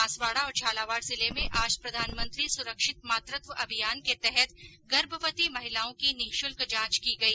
बांसवाड़ा और झालावाड़ जिले में आज प्रधानमंत्री सुरक्षित मातृत्व अभियान के तहत गर्भवती महिलाओं की निशुल्क जांच की गई